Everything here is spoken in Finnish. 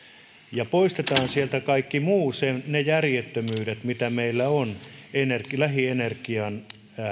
ja poistetaan sieltä kaikki muutkin järjettömyydet mitä meillä on lähienergian